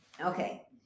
Okay